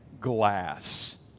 glass